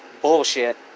bullshit